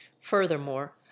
Furthermore